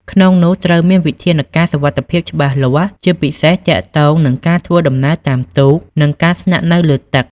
ក្នុងនោះ ត្រូវមានវិធានការសុវត្ថិភាពច្បាស់លាស់ ជាពិសេសទាក់ទងនឹងការធ្វើដំណើរតាមទូក និងការស្នាក់នៅលើទឹក។